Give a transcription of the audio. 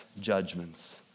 judgments